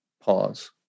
pause